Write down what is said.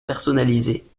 personnalisée